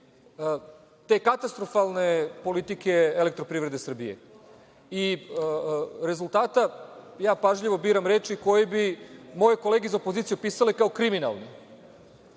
te katastrofalne politike „Elektroprivrede Srbije“ i rezultata, pažljivo biram reči, koje bi moje kolege iz opozicije opisale kao kriminalni.